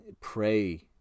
pray